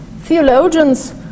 Theologians